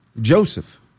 Joseph